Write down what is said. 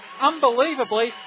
unbelievably